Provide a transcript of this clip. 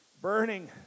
burning